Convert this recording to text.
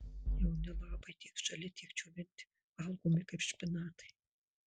jauni lapai tiek žali tiek džiovinti valgomi kaip špinatai